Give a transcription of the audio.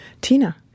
Tina